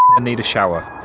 and need a shower.